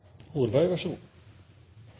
det. Vær så god!